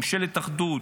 ממשלת אחדות,